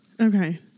okay